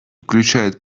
включают